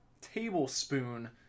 tablespoon